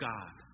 God